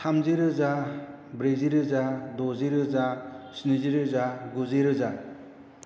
थामजि रोजा ब्रैजि रोजा द'जि रोजा स्निजि रोजा गुजि रोजा